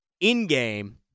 in-game